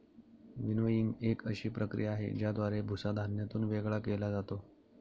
winnowing एक अशी प्रक्रिया आहे, ज्याद्वारे भुसा धान्यातून वेगळा केला जातो